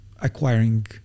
acquiring